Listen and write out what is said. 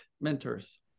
mentors